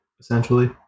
essentially